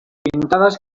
pintadas